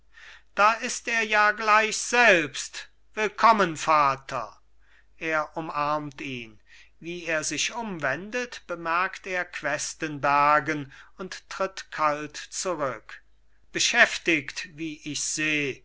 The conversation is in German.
da ist er ja gleich selbst willkommen vater er umarmt ihn wie er sich umwendet bemerkt er questenbergen und tritt kalt zurück beschäftigt wie ich seh